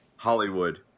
hollywood